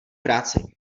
práci